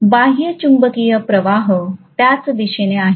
बाह्य चुंबकीय प्रवाह त्याच दिशेने आहे